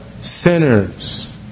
Sinners